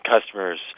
customers